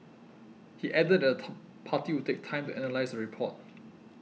he added that top party would take time to analyse the report